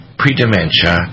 pre-dementia